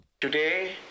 Today